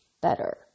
better